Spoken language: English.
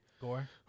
Gore